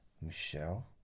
Michelle